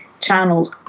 channels